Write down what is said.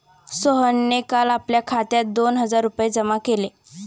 सोहनने काल आपल्या खात्यात दोन हजार रुपये जमा केले